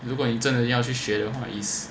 如果你真的要去学的话 is